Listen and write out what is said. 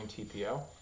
TPO